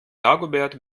dagobert